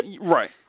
right